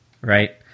right